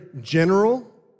general